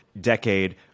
decade